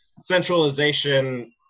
centralization